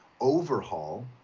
overhaul